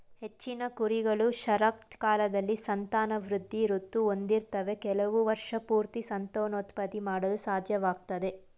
ಹೆಚ್ಚಿನ ಕುರಿಗಳು ಶರತ್ಕಾಲದಲ್ಲಿ ಸಂತಾನವೃದ್ಧಿ ಋತು ಹೊಂದಿರ್ತವೆ ಕೆಲವು ವರ್ಷಪೂರ್ತಿ ಸಂತಾನೋತ್ಪತ್ತಿ ಮಾಡಲು ಸಾಧ್ಯವಾಗ್ತದೆ